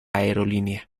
aerolínea